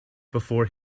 before